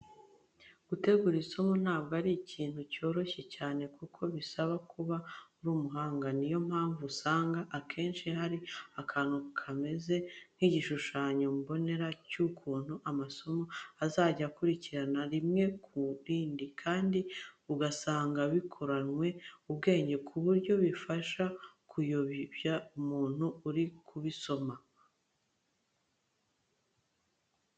Gutegura isomo ntabwo ari ikintu cyoroshye cyane kuko bisaba kuba uri umuhanga. Niyo mpamvu usanga akenshi hari akantu kameze nk'igishushanyo mbonera cy'ukuntu amasomo azajya akurikirana rimwe ku rindi, kandi ugasanga bikoranywe ubwenge ku buryo bitapfa kuyobya umuntu uri kubisoma.